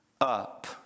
up